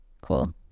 Cool